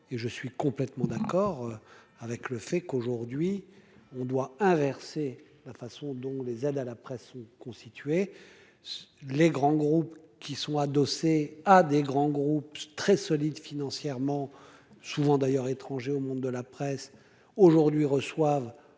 et je suis complètement d'accord avec le fait qu'aujourd'hui on doit inverser la façon dont les aides à la presse ou constitué les grands groupes qui sont adossés à des grands groupes très solide financièrement, souvent d'ailleurs étranger au monde de la presse aujourd'hui reçoivent